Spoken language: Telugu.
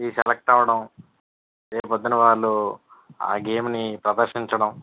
ఈ సెలక్ట్ అవ్వడం రేపొద్దున్న వాళ్ళు ఆ గేమ్ ని ప్రదర్శించడం